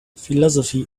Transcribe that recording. philosophy